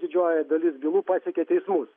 didžioji dalis bylų pasiekia teismus